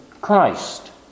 Christ